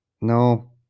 No